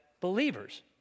believer's